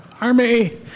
Army